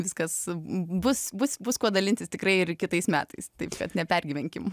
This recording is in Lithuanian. viskas bus bus bus kuo dalintis tikrai ir kitais metais taip kad nepergyvenkim